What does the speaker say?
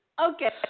Okay